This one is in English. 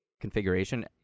configuration